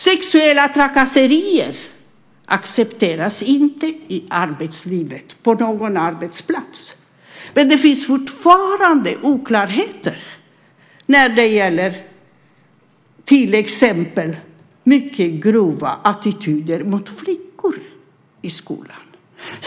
Sexuella trakasserier accepteras inte i arbetslivet på någon arbetsplats, men det finns fortfarande oklarheter när det gäller till exempel mycket grova attityder mot flickor i skolan.